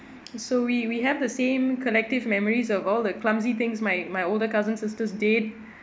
so we we have the same connective memories of all the clumsy things my my older cousin sisters did